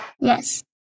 Yes